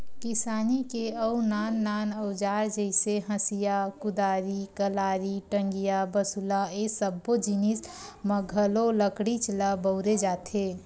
किसानी के अउ नान नान अउजार जइसे हँसिया, कुदारी, कलारी, टंगिया, बसूला ए सब्बो जिनिस म घलो लकड़ीच ल बउरे जाथे